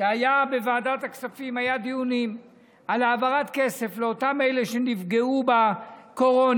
היו בוועדת הכספים דיונים על העברת כסף לאותם אלה שנפגעו בקורונה,